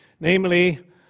namely